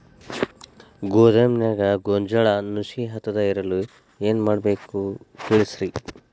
ಗೋದಾಮಿನ್ಯಾಗ ಗೋಂಜಾಳ ನುಸಿ ಹತ್ತದೇ ಇರಲು ಏನು ಮಾಡಬೇಕು ತಿಳಸ್ರಿ